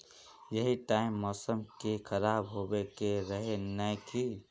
यही टाइम मौसम के खराब होबे के रहे नय की?